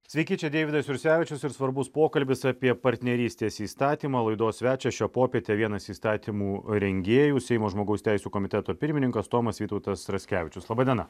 sveiki čia deividas jursevičius ir svarbus pokalbis apie partnerystės įstatymą laidos svečias šią popietę vienas įstatymų rengėjų seimo žmogaus teisių komiteto pirmininkas tomas vytautas raskevičius laba diena